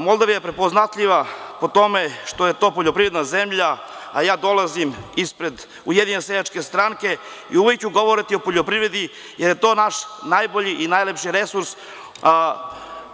Moldavija je prepoznatljiva po tome što je to poljoprivredna zemlja, a ja dolazim ispred Ujedinjene seljačke stranke i uvek ću govoriti o poljoprivredi jer je to naš najbolji i najlepši resurs